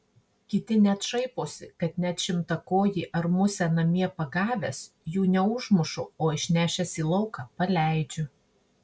kiti net šaiposi kad net šimtakojį ar musę namie pagavęs jų neužmušu o išnešęs į lauką paleidžiu